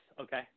Okay